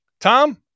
Tom